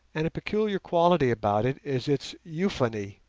and a peculiar quality about it is its euphony,